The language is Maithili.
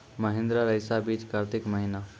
महिंद्रा रईसा बीज कार्तिक महीना?